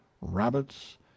rabbits